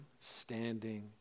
standing